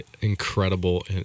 incredible